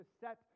set